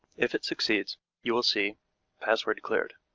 if it succeeds you will see password cleared.